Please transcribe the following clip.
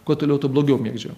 kuo toliau tuo blogiau mėgdžiojam